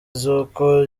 z’uko